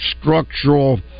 Structural